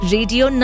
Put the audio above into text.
Radio